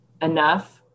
enough